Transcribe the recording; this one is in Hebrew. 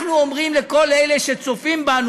אנחנו אומרים לכל אלה שצופים בנו,